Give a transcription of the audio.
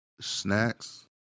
snacks